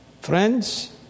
friends